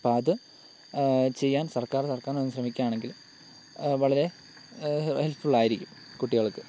അപ്പോൾ അത് ചെയ്യാൻ സർക്കാർ സർക്കാർ തന്നെ ശ്രമിക്കുവാണെങ്കിൽ വളരെ ഹെല്പ്ഫുൾ ആയിരിക്കും കുട്ടികൾക്ക്